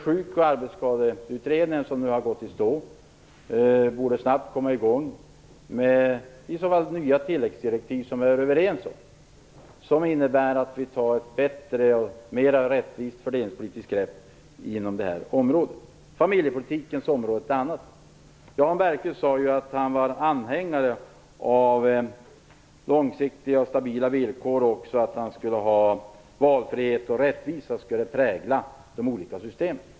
Sjuk och arbetsskadeutredningen, som nu har gått i stå, borde snabbt komma i gång på grundval av nya tilläggsdirektiv som vi är överens om och som innebär att vi tar ett bättre och mera rättvist fördelningspolitiskt grepp inom detta område. Familjepolitiken är ett annat sådant område. Jan Bergqvist sade att han är anhängare av långsiktiga och stabila villkor och även att valfrihet och rättvisa skall prägla de olika systemen.